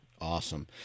Awesome